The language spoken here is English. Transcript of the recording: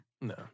No